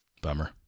Bummer